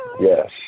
Yes